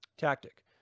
Tactic